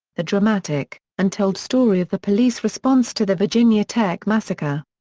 the dramatic, untold story of the police response to the virginia tech massacre.